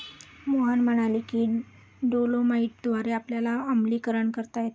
मोहन म्हणाले की डोलोमाईटद्वारे आपल्याला आम्लीकरण करता येते